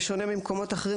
בשונה ממקומות אחרים.